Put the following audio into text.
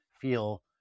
feel